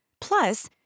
Plus